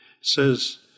says